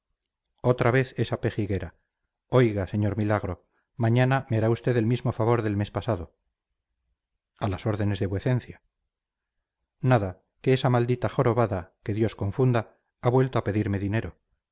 otra vez esa pejiguera oiga señor milagro mañana me hará usted el mismo favor del mes pasado a las órdenes de vuecencia nada que esa maldita jorobada que dios confunda ha vuelto a pedirme dinero